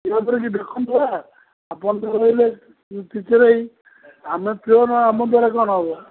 ତେଣୁ କରିକି ଦେଖନ୍ତୁ ଆ ଆପଣ ତ ରହିଲେ ଟିଚର୍ ହୋଇ ଆମେ ପିଅନ ଆମ ଦ୍ୱାରା କ'ଣ ହେବ